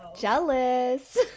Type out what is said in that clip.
Jealous